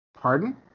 Pardon